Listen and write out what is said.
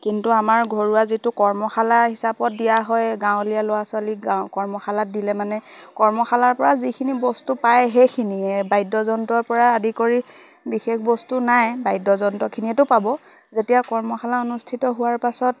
কিন্তু আমাৰ ঘৰুৱা যিটো কৰ্মশালা হিচাপত দিয়া হয় গাঁৱলীয়া ল'ৰা ছোৱালী গাঁ কৰ্মশালাত দিলে মানে কৰ্মশালাৰ পৰা যিখিনি বস্তু পায় সেইখিনিয়ে বাদ্যযন্ত্ৰৰ পৰা আদি কৰি বিশেষ বস্তু নাই বাদ্যযন্ত্ৰখিনিয়েতো পাব যেতিয়া কৰ্মশালা অনুষ্ঠিত হোৱাৰ পাছত